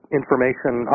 information